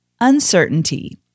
uncertainty